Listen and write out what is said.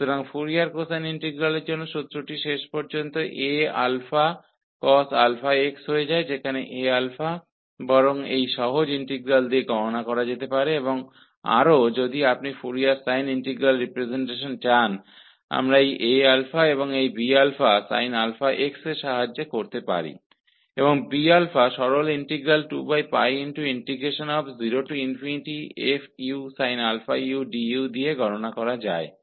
तो Fourier cosine integral के लिए इसका अंतिम फॉर्मूला A α cos αx बन जाता है जहां Aα की गणना इस सरल इंटीग्रल द्वारा की जा सकती है और आगे यदि आप फोरियर साइन इंटीग्रल रिप्रेजेंटेशन चाहते हैं तो हम इस B α sin αx की मदद से कर सकते हैं और इस Bα को इस integration 2 0 f sin u du द्वारा ज्ञात किया जा सकता है